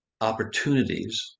opportunities